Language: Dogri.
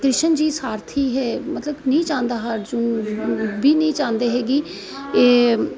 सारथी है नेईं चांहदा हा अर्जुन बी नेईं चांहदा हा कि एह्